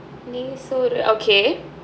நெய் சோறு:nei soru okay